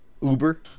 Uber